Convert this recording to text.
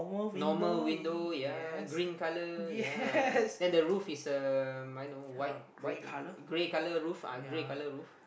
normal window yea green colour yea then the roof is um I know white white grey colour roof ah grey colour roof